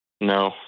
No